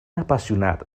apassionat